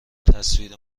تصویر